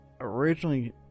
originally